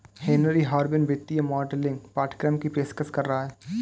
Henry Harvin वित्तीय modelling पाठ्यक्रम की पेशकश कर रहा हैं